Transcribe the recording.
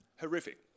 Horrific